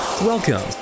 Welcome